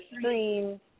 stream